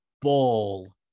ball